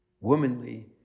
womanly